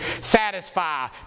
satisfy